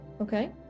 Okay